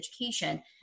education